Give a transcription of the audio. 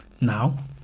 Now